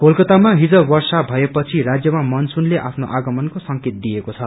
कोलाकाता हिज वर्षा भएपछि राज्यमा मानसूनले आफ्नो आगमनको संकेत दिएको छ